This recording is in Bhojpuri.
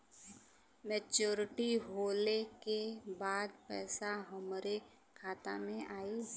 मैच्योरिटी होले के बाद पैसा हमरे खाता में आई?